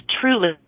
truly